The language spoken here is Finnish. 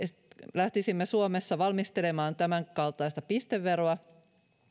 lähtisimme suomessa valmistelemaan tämänkaltaista pisteveroa